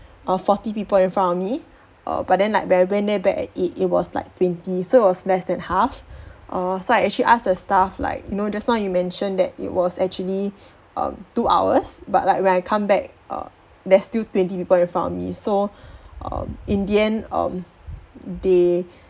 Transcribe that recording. ah forty people in front of me err but then like when I went there back at eight it was like twenty so it was less than half err so I actually ask the staff like you know just now you mentioned that it was actually um two hours but like when I come back err there's still twenty people in front of me so um in the end um they